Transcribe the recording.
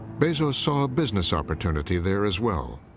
bezos saw a business opportunity there, as well.